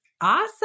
Awesome